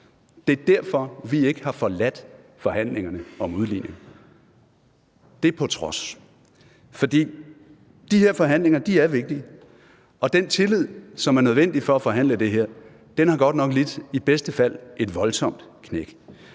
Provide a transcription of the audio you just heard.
Det er derfor, vi ikke har forladt forhandlingerne om udligning – det på trods – for de her forhandlinger er vigtige, og den tillid, som er nødvendig for at forhandle det her, har godt nok i bedste fald lidt et voldsomt knæk.